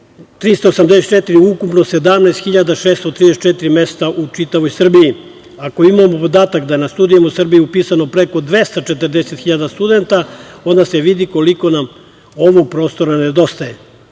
384, ukupno 17.634 mesta u čitavoj Srbiji. Ako imamo podatak da je na studijama u Srbiji upisano preko 240.000 studenata, onda se vidi koliko nam ovog prostora nedostaje. Zbog